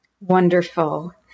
Wonderful